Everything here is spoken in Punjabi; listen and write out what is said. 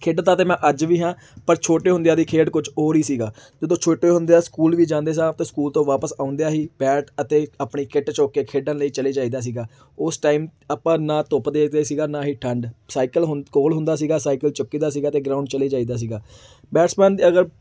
ਖੇਡਦਾ ਤਾਂ ਮੈਂ ਅੱਜ ਵੀ ਹਾਂ ਪਰ ਛੋਟੇ ਹੁੰਦਿਆਂ ਦੀ ਖੇਡ ਕੁਛ ਔਰ ਹੀ ਸੀਗਾ ਜਦੋਂ ਛੋਟੇ ਹੁੰਦਿਆਂ ਸਕੂਲ ਵੀ ਜਾਂਦੇ ਸਾਂ ਤਾਂ ਸਕੂਲ ਤੋਂ ਵਾਪਸ ਆਉਂਦਿਆਂ ਹੀ ਬੈਟ ਅਤੇ ਆਪਣੀ ਕਿੱਟ ਚੁੱਕ ਕੇ ਖੇਡਣ ਲਈ ਚਲੇ ਜਾਈਦਾ ਸੀਗਾ ਉਸ ਟਾਈਮ ਆਪਾਂ ਨਾ ਧੁੱਪ ਦੇਖਦੇ ਸੀਗੇ ਨਾ ਹੀ ਠੰਡ ਸਾਈਕਲ ਹੁਣ ਕੋਲ ਹੁੰਦਾ ਸੀਗਾ ਸਾਈਕਲ ਚੁੱਕੀ ਦਾ ਸੀਗਾ ਅਤੇ ਗਰਾਊਂਡ ਚਲੇ ਜਾਈਦਾ ਸੀਗਾ ਬੈਟਸਮੈਨ ਅਗਰ